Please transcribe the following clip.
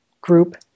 group